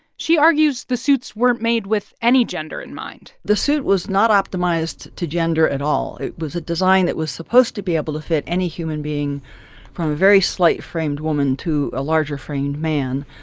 she argues the suits weren't made with any gender in mind the suit was not optimized to gender at all. it was a design that was supposed to be able to fit any human being from a very slight-framed woman to a larger framed man.